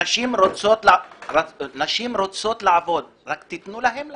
נשים רוצות לעבוד, רק תנו להן לעבוד.